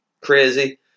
crazy